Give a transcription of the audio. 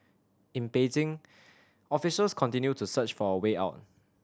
in Beijing officials continue to search for a way out